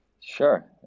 Sure